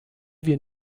wir